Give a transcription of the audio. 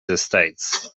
estates